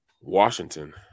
Washington